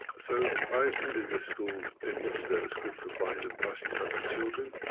so, i attended a school in worcester, a school for blind and partially sighted children,